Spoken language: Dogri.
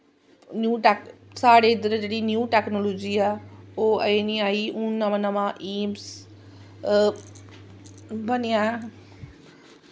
साढ़े इध्दर जेह्ड़ी न्यू टैक्नॉलजी ऐ ओह् एह् निं आई नमां नमां एम्स बनेआ ऐ